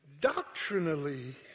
Doctrinally